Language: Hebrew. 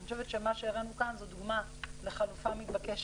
אני חושבת שמה שהראינו כאן זאת דוגמה לחלופה מתבקשת.